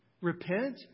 Repent